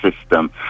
system